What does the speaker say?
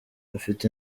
afite